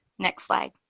next slide.